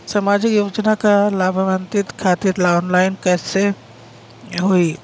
सामाजिक योजना क लाभान्वित खातिर ऑनलाइन कईसे होई?